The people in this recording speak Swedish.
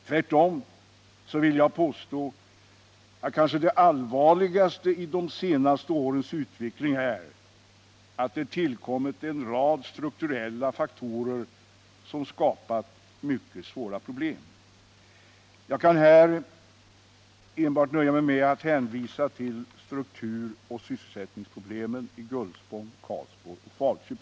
Jag vill tvärtom påstå att det allvarligaste i de senaste årens utveckling är att det tillkommit en rad strukturella faktorer som skapat mycket svåra problem. Jag kan här nöja mig med att hänvisa till strukturoch sysselsättningsproblemen i Gullspång, Karlsborg och Falköping.